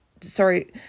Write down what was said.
sorry